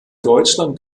deutschland